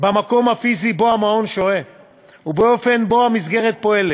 במקום הפיזי שבו הוא שוהה ובאופן שבו המסגרת פועלת: